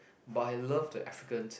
but I love the African